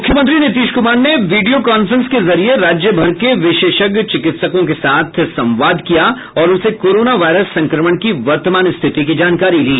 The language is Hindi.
मुख्यमंत्री नीतीश कुमार ने वीडियो कांफ्रेंस के जरिये राज्यभर के विशेषज्ञ चिकित्सकों के साथ संवाद किया और उनसे कोरोना वायरस संक्रमण की वर्तमान स्थिति की जानकारी ली